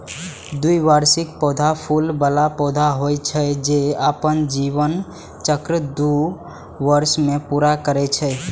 द्विवार्षिक पौधा फूल बला पौधा होइ छै, जे अपन जीवन चक्र दू वर्ष मे पूरा करै छै